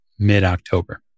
mid-October